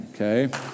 okay